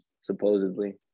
supposedly